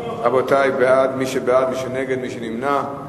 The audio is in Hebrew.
רבותי, מי בעד, מי נגד, מי נמנע?